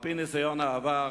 על-פי ניסיון העבר,